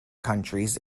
countries